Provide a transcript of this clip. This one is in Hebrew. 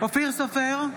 אופיר סופר,